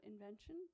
invention